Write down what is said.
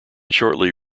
shortly